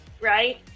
right